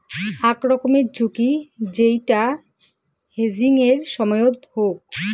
আক রকমের ঝুঁকি যেইটা হেজিংয়ের সময়ত হউক